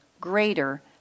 greater